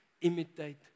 imitate